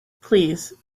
please